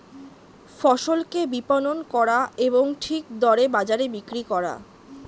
ফসলকে বিপণন করা এবং ঠিক দরে বাজারে বিক্রি করা